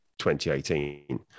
2018